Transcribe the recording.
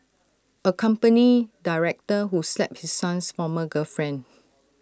A company director who slapped his son's former girlfriend